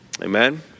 Amen